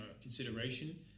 consideration